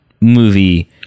movie